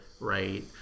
right